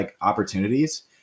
opportunities